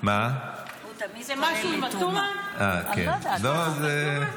אני לא יודעת למה.